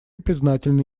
признательны